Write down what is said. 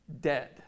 dead